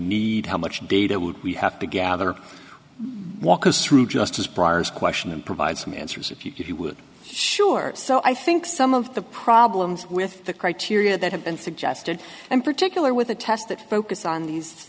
need how much data would we have to gather walk us through just as briers question and provide some answers if you would sure so i think some of the problems with the criteria that have been suggested in particular with the test that focus on these